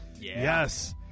yes